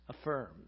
affirms